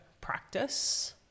practice